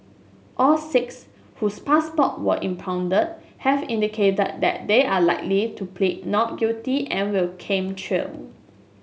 all six whose passport were impounded have indicated that they are likely to plead not guilty and will came trial